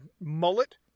mullet